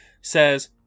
says